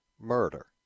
murder